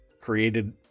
created